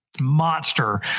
monster